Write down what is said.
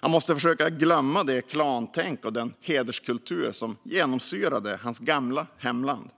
Han måste försöka glömma det klantänk och den hederskultur som genomsyrade hans gamla hemland.